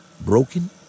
broken